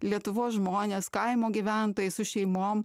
lietuvos žmonės kaimo gyventojai su šeimom